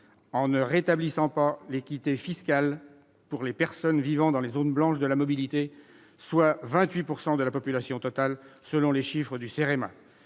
en ne rétablissant pas l'équité fiscale pour les personnes vivant dans les « zones blanches de la mobilité », soit 28 % de la population totale, selon les chiffres du CEREMA,